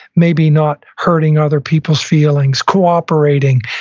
maybe not hurting other people's feelings, cooperating,